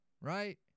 right